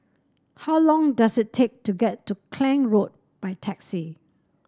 how long does it take to get to Klang Road by taxi